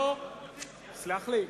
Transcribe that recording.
תסלח לי.